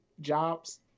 jobs